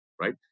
right